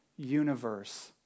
Universe